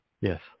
Yes